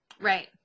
Right